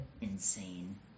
insane